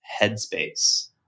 headspace